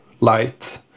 light